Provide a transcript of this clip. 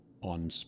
on